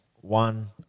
one